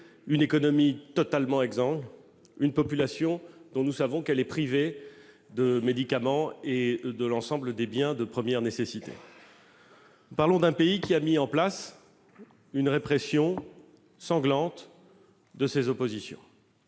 Son économie est totalement exsangue, sa population est privée de médicaments et de l'ensemble des biens de première nécessité. Nous parlons d'un pays qui a mis en place une répression sanglante de ses oppositions.